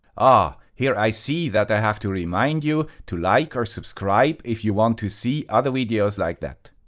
ah, here i see that i have to remind you to like or subscribe if you want to see other videos like that!